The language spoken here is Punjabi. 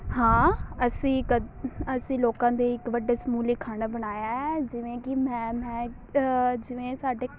ਹਾਂ ਅਸੀਂ ਕ ਅਸੀਂ ਲੋਕਾਂ ਦੇ ਇੱਕ ਵੱਡੇ ਸਮੂਹ ਲਈ ਖਾਣਾ ਬਣਾਇਆ ਹੈ ਜਿਵੇਂ ਕਿ ਮੈਂ ਮੈਂ ਜਿਵੇਂ ਸਾਡੇ